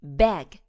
bag